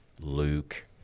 Luke